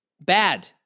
bad